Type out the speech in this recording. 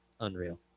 Unreal